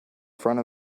front